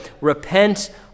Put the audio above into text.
repent